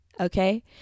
Okay